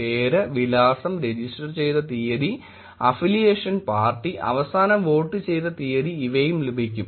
പേര് വിലാസം രജിസ്റ്റർ ചെയ്ത തീയതി അഫിലിയേഷൻ പാർട്ടി അവസാനം വോട്ട് ചെയ്ത തീയതി ഇവയും ലഭിക്കും